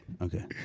Okay